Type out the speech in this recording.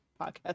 podcast